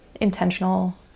intentional